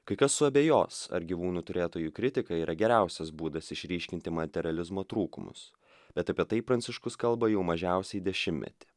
kai kas suabejos ar gyvūnų turėtojų kritika yra geriausias būdas išryškinti materializmo trūkumus bet apie tai pranciškus kalba jau mažiausiai dešimtmetį